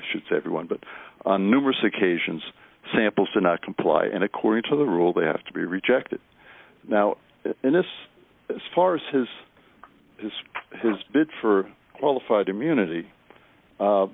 should say every one but on numerous occasions samples did not comply and according to the rule they have to be rejected now in this as far as his his his bid for qualified immunity